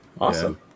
awesome